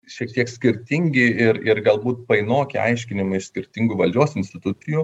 šiek tiek skirtingi ir ir galbūt painoki aiškinimai skirtingų valdžios institucijų